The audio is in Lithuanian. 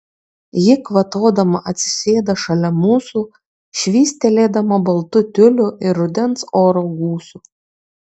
ji kvatodama atsisėda šalia mūsų švystelėdama baltu tiuliu ir rudens oro gūsiu